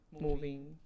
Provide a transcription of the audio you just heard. moving